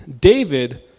David